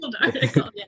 article